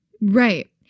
Right